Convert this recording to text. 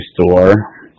store